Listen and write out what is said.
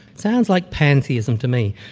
sounds like pantheism to me.